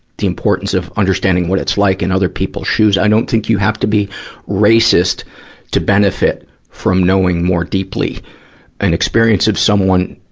the importance of understanding what it's like in other people's shoes. i don't think you have to be racist to benefit from knowing more deeply an experience of someone,